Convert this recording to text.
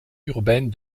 urbaine